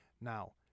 Now